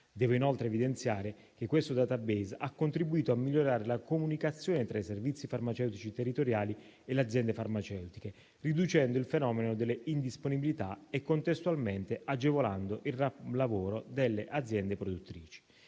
Devo inoltre evidenziare che questo *database* ha contribuito a migliorare la comunicazione tra i servizi farmaceutici territoriali e le aziende farmaceutiche, riducendo il fenomeno delle indisponibilità e contestualmente agevolando il lavoro delle aziende produttrici.